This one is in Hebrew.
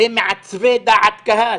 למעצבי דעת קהל.